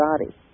body